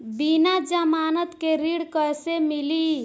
बिना जमानत के ऋण कैसे मिली?